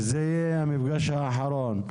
זה יהיה המפגש האחרון.